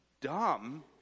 dumb